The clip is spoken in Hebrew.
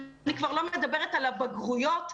אני כבר לא מדברת על הבגרויות,